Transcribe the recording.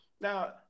now